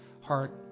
heart